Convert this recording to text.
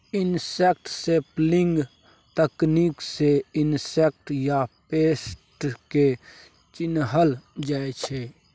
insect sampling तकनीक सँ insect या पेस्ट केँ चिन्हल जाइ छै